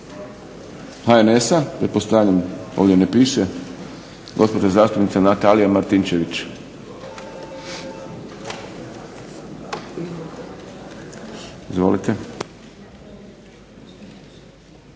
HNS-a, pretpostavljam, ovdje ne piše, gospođa zastupnica Natalija Martinčević. Izvolite.